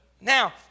Now